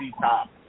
Top